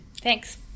Thanks